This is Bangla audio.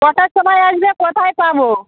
কটার সময় আসবে কোথায় পাবো